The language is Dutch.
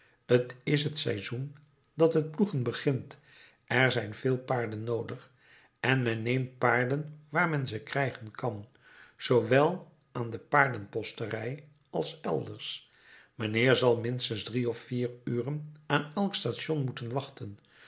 t is het seizoen dat het ploegen begint er zijn veel paarden noodig en men neemt paarden waar men ze krijgen kan zoowel aan de paardenposterij als elders mijnheer zal minstens drie of vier uren aan elk station moeten wachten